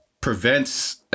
prevents